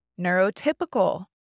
Neurotypical